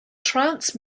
trance